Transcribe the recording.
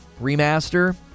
Remaster